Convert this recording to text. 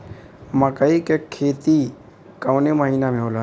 मकई क खेती कवने महीना में होला?